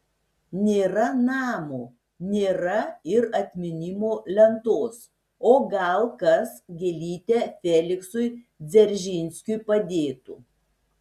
nėra namo nėra ir atminimo lentos o gal kas gėlytę feliksui dzeržinskiui padėtų